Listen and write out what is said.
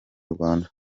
rwanda